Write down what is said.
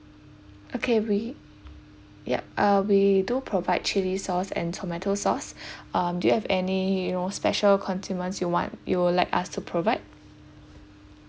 okay we yup uh we do provide chili sauce and tomato sauce um do you have any you know special condiments you want you would like us to provide